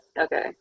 okay